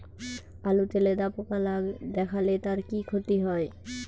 আলুতে লেদা পোকা দেখালে তার কি ক্ষতি হয়?